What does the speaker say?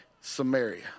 Samaria